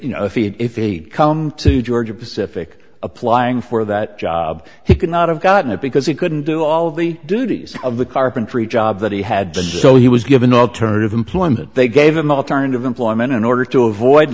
you know if he'd come to georgia pacific applying for that job he could not have gotten it because he couldn't do all the duties of the carpentry job that he had done so he was given alternative employment they gave him the alternative employment in order to avoid